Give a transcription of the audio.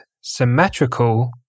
symmetrical